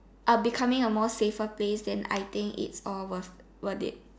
a becoming a more safer place then I think it's all worth worth it